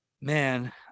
Man